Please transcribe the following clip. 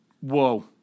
whoa